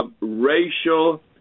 racial